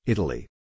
Italy